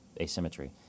asymmetry